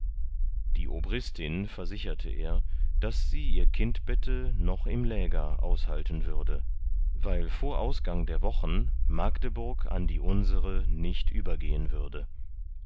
die obristin versicherte er daß sie ihr kindbette noch im läger aushalten würde weil vor ausgang der wochen magdeburg an die unsere nicht übergehen würde